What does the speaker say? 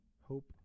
Hope